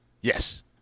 Yes